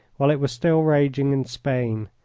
while it was still raging in spain,